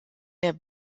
der